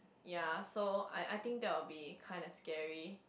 ya so I I think that would be kind of scary